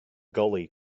gully